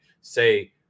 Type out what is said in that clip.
say